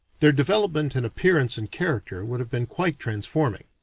their development in appearance and character would have been quite transforming.